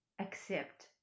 accept